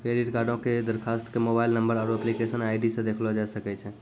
credit कार्डो के दरखास्त के मोबाइल नंबर आरु एप्लीकेशन आई.डी से देखलो जाय सकै छै